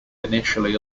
initially